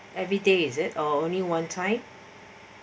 every day is it or only one time